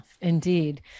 indeed